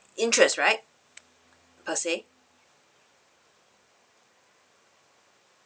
interest right per se